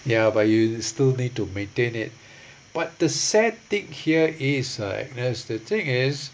ya but you still need to maintain it but the sad thing here is ah agnes the thing is